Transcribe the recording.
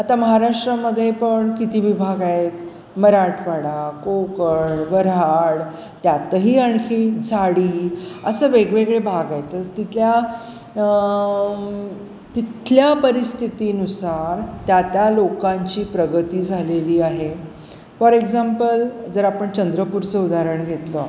आता महाराष्ट्रामध्ये पण किती विभाग आहेत मराठवाडा कोकण वऱ्हाड त्यातही आणखी झाडी असं वेगवेगळे भाग आहेत तर तिथल्या तिथल्या परिस्थितीनुसार त्या त्या लोकांची प्रगती झालेली आहे फॉर एक्झाम्पल जर आपण चंद्रपूरचं उदाहरण घेतलं